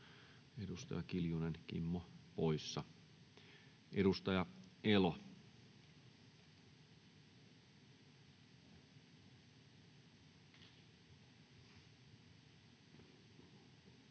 Edustaja Kiljunen Kimmo poissa. — Edustaja Elo.